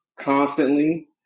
constantly